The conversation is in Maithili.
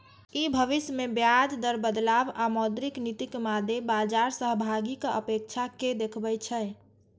ई भविष्य मे ब्याज दर बदलाव आ मौद्रिक नीतिक मादे बाजार सहभागीक अपेक्षा कें देखबै छै